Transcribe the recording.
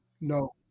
No